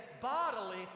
bodily